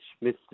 Smith